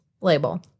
label